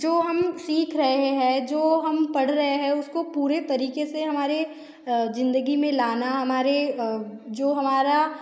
जो हम सीख रहे हैं जो हम पढ़ रहे हैं उसको पूरे तरीक़े से हमारे ज़िंदगी में लाना हमारे जो हमारा